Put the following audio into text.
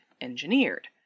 engineered